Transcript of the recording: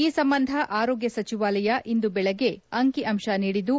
ಈ ಸಂಬಂಧ ಆರೋಗ್ಯ ಸಚಿವಾಲಯ ಇಂದು ಬೆಳಗ್ಗೆ ಅಂಕಿ ಅಂಶ ನೀಡಿದ್ದು